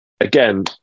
again